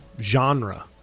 genre